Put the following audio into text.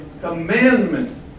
commandment